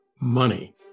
money